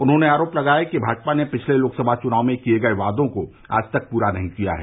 उन्होंने आरोप लगाया कि भाजपा ने पिछले लोकसभा चुनाव में किये गये बादों को आज तक पूरा नहीं किया है